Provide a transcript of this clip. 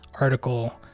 article